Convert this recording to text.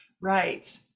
Right